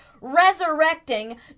resurrecting